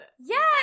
Yes